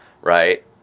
right